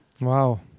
Wow